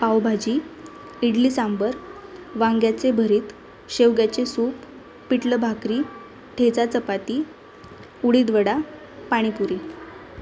पावभाजी इडली सांबर वांग्याचे भरीत शेवग्याचे सूप पिठलं भाकरी ठेचा चपाती उडीदवडा पाणीपुरी